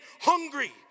hungry